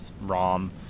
Rom